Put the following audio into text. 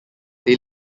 they